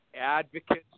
advocates